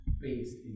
based